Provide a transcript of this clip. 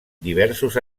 diversos